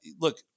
look